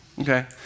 Okay